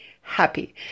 happy